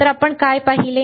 तर आपण काय पाहिले आहे